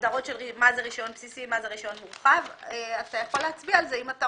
הגדרות של מה זה רישיון בסיסי ומה זה רישיון מורחב.